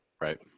Right